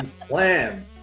plan